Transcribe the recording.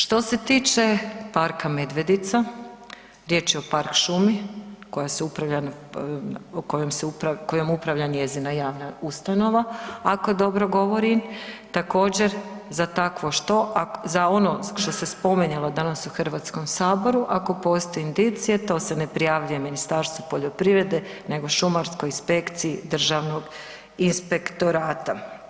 Što se tiče Parka Medvednica, riječ je o park šumi koja se upravlja, kojom se upravlja, kojom upravlja njezina javna ustanova ako dobro govorim, također za takvo što, za ono što se spominjalo danas u Hrvatskom saboru, ako postoje indicije to se ne prijavljujem Ministarstvu poljoprivrede nego šumarskoj inspekciji Državnog inspektorata.